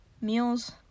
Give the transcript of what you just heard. meals